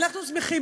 אנחנו שמחים.